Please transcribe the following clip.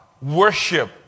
Worship